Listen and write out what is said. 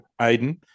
Aiden